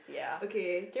okay